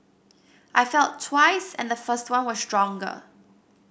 I felt twice and the first one was stronger